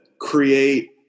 create